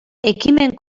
ekimen